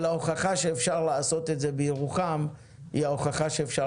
אבל ההוכחה שאפשר לעשות את זה בירוחם היא ההוכחה שאפשר